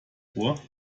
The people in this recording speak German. vor